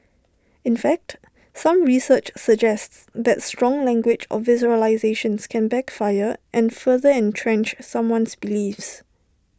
in fact some research suggests that strong language or visualisations can backfire and further entrench someone's beliefs